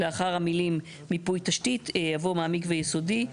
לאחר המילים "מיפוי תשתית" יבוא "מעמיק ויסודי".